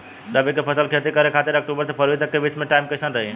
रबी फसल के खेती करे खातिर अक्तूबर से फरवरी तक के बीच मे टाइम कैसन रही?